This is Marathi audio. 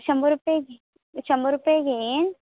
शंभर रुपये घे शंभर रुपये घेईन